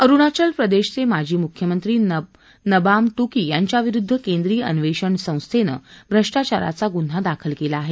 अरुणाचल प्रदेशचे माजी मुख्यमंत्री नबाम टुकी यांच्याविरुद्ध केंद्रीय अन्वेषण संस्थेनं भ्रष्टाचाराचा गुन्हा दाखल केला आहे